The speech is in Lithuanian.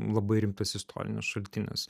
labai rimtas istorinis šaltinis